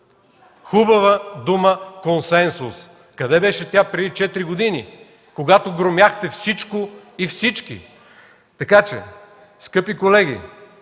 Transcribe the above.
хубава дума „консенсус”. Къде беше тя преди четири години, когато громяхте всичко и всички?! Скъпи колеги,